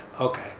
Okay